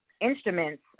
instruments